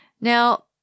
Now